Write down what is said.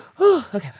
Okay